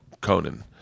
Conan